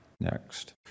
Next